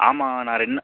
ஆமாம் நான் ரெண்டு